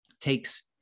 takes